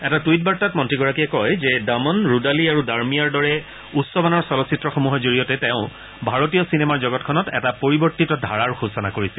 এটা টুইট বাৰ্তাত মন্ত্ৰীগৰাকীয়ে কয় যে দামন ৰুদালী আৰু দাৰমিয়াঁৰ দৰে উচ্চ মানৰ চলচ্চিত্ৰসমূহৰ জৰিয়তে তেওঁ ভাৰতীয় চিনেমাৰ জগতখনত এটা পৰিৱৰ্তিত ধাৰাৰ সূচনা কৰিছিল